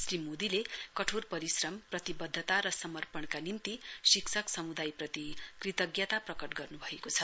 श्री मोदीले कठोर परीश्रम प्रतिबद्धता र समर्पणका निम्ति शिक्षक समुदायप्रति कृतज्ञता प्रकट गर्नु भएको छ